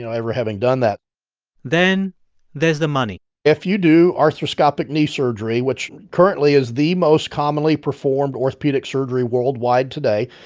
you know ever having done that then there's the money if you do arthroscopic knee surgery, which currently is the most commonly performed orthopedic surgery worldwide today,